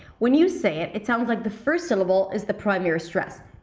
when you say it, it sounds like the first syllable is the primary stress.